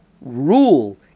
rule